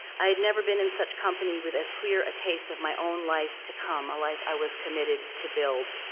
i'd never been in such company with as clear a taste of my own life to come, a life i was committed to build.